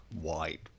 white